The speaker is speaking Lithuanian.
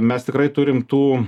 mes tikrai turim tų